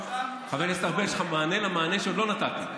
חבר הכנסת ארבל, יש לך מענה למענה שעוד לא נתתי.